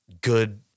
good